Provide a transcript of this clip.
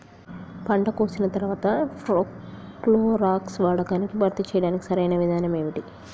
పంట కోసిన తర్వాత ప్రోక్లోరాక్స్ వాడకాన్ని భర్తీ చేయడానికి సరియైన విధానం ఏమిటి?